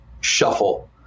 shuffle